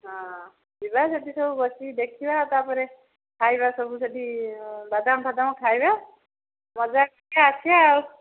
ହଁ ଯିବା ସେଠି ସବୁ ବସିକି ଦେଖିବା ତା'ପରେ ଖାଇବା ସବୁ ସେଠି ବାଦାମ ଫାଦାମ ଖାଇବା ମଜା କରିବା ଆସିବା ଆଉ